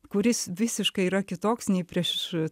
kuris visiškai yra kitoks nei prieš